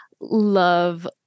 love